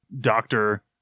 doctor